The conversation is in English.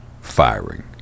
firing